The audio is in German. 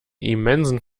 immensen